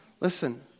Listen